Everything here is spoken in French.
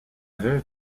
veuve